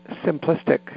simplistic